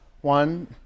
one